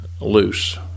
loose